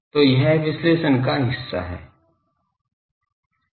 तो यह विश्लेषण का हिस्सा है